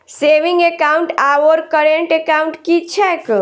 Saving account आओर current account की छैक?